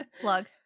Plug